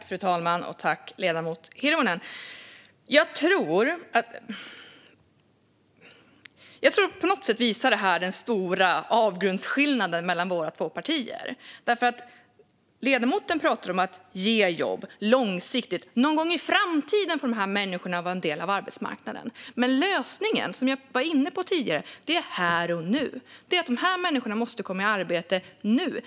Fru talman! Jag tror att detta på något sätt visar den avgrundsdjupa skillnaden mellan våra två partier. Ledamoten pratar om att ge jobb långsiktigt. Någon gång i framtiden får dessa människor vara en del av arbetsmarknaden. Men lösningen handlar, som jag var inne på tidigare, om här och nu. De här människorna måste komma i arbete nu.